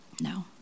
No